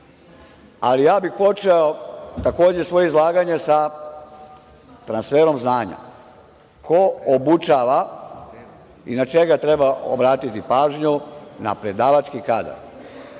Ali, ja bih počeo svoje izlaganje sa transferom znanja. Ko obučava i na čega treba obratiti pažnju? Na predavački